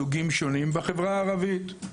מסוגים שונים בחברה הערבית.